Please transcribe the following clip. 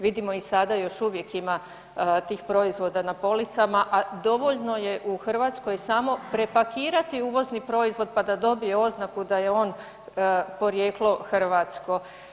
Vidimo i sada još uvijek ima tih proizvoda na policama, a dovoljno je u Hrvatskoj samo prepakirati uvozni proizvod pa da dobije oznaku da je on porijeklo hrvatsko.